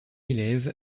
élève